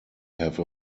have